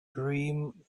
dream